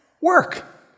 work